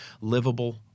livable